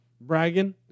bragging